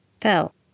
Fell